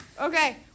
Okay